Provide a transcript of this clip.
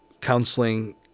counseling